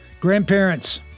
Grandparents